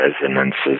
resonances